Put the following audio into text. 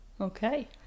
Okay